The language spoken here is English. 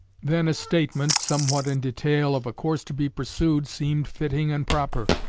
then a statement, somewhat in detail, of a course to be pursued, seemed fitting and proper.